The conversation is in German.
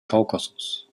kaukasus